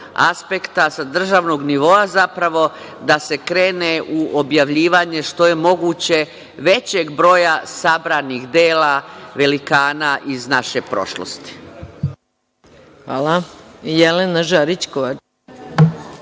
aspekta, sa državnog nivoa, zapravo, da se krene u objavljivanje što je moguće većeg broja sabranih dela velikana iz naše prošlosti. **Maja